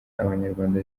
abanyarwanda